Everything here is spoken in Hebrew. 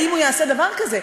האם הוא יעשה דבר כזה,